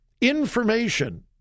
Information